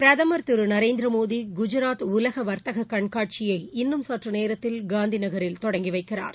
பிரதம் திரு நரேந்திரமோடி குஜராத் உலக வர்த்தக கண்காட்சியை இன்னும் சற்று நேரத்தில் காந்திநகரில் தொடங்கி வைக்கிறார்